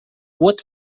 what